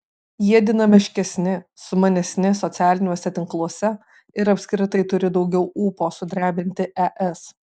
jie dinamiškesni sumanesni socialiniuose tinkluose ir apskritai turi daugiau ūpo sudrebinti es